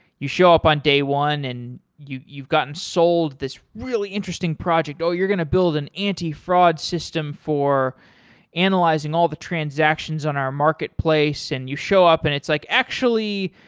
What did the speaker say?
you show up on day one and you've gotten sold this really interesting project, oh! you're going to build an antifraud system for analyzing all the transactions on our marketplace. and you show up and it's, like actually,